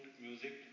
music